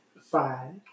five